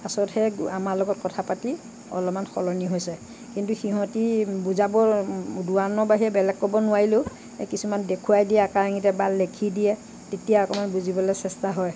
পাছতহে আমাৰ লগত কথা পাতি অলপমান সলনি হৈছে কিন্তু সিহঁতি বুজাব দোৱানৰ বাহিৰে বেলেগ ক'ব নোৱাৰিলেও কিছুমান দেখুৱাই দিয়ে আকাৰ ইংগিতেৰে বা লেখি দিয়ে তেতিয়া অকণমান বুজিবলৈ চেষ্টা হয়